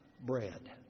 bread